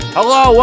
Hello